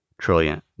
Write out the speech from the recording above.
trillion